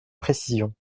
précision